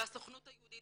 הסוכנות היהודית,